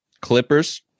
Clippers